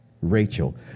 Rachel